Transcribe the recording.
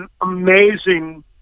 amazing